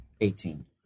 Eighteen